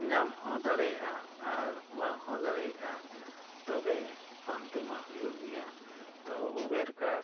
ᱧᱟᱢᱦᱚᱸ ᱫᱟᱲᱮᱭᱟᱜᱼᱟ ᱟᱨ ᱵᱟᱝᱦᱚᱸ ᱫᱟᱲᱮᱭᱟᱜᱼᱟ ᱵᱟᱝ ᱦᱚᱸ ᱫᱟᱲᱮᱭᱟᱜᱼᱟ ᱛᱚᱵᱮ ᱯᱟᱱᱛᱮᱢᱟ ᱦᱩᱭᱩᱜ ᱜᱮᱭᱟ ᱛᱚ